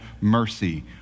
mercy